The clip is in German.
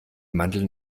mandeln